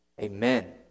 Amen